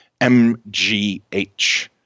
mgh